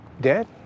dead